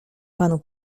panu